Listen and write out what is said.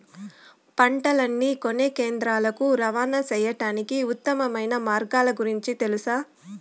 పంటలని కొనే కేంద్రాలు కు రవాణా సేయడానికి ఉత్తమమైన మార్గాల గురించి తెలుసా?